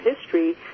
history